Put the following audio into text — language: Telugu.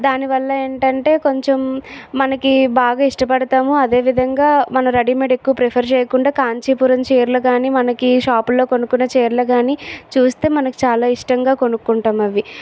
దాని వల్ల ఏంటంటే కొంచెం మనకి బాగా ఇష్టపడతాము అదేవిధంగా మనం రెడీమేడ్ ఎక్కువ ప్రిఫర్ చేయకుండా కాంచీపురం చీరలు కానీ మనకి షాపులో కొనుకున్న చీరలు కానీ చూస్తే మనకి చాలా ఇష్టంగా కొనుకుంటాం అవి